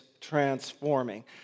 transforming